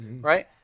Right